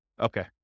Okay